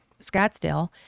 Scottsdale